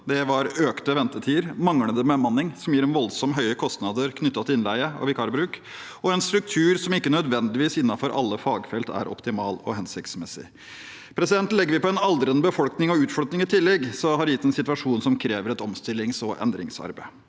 til økte ventetider, manglende bemanning – som gir voldsomt høye kostnader knyttet til innleie og vikarbruk – og en struktur som ikke nødvendigvis er optimal og hensiktsmessig innenfor alle fagfelt. Legger vi på en aldrende befolkning og utflytting i tillegg, har det gitt en situasjon som krever et omstillings- og endringsarbeid.